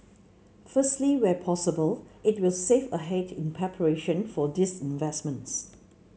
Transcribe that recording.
firstly where possible it will save ahead in preparation for these investments